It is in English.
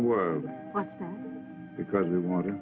the world because we want